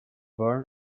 born